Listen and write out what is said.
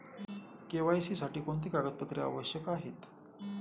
KYC साठी कोणती कागदपत्रे आवश्यक आहेत?